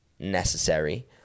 necessary